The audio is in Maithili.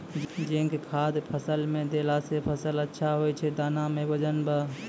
जिंक खाद फ़सल मे देला से फ़सल अच्छा होय छै दाना मे वजन ब